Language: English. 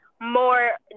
more